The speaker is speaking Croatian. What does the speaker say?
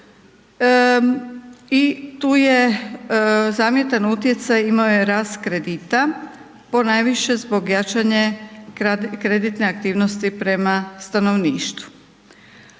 i tu je zamjetan utjecaj imao je rast kredita ponajviše zbog pojačane kreditne aktivnosti prema stanovništvu.